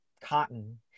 cotton